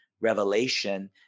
revelation